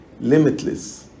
limitless